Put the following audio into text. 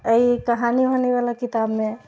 एहि कहानी वहानी वला किताब मे